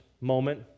moment